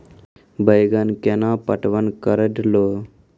बैंगन केना पटवन करऽ लो?